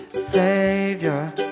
Savior